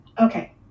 Okay